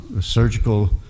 surgical